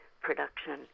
production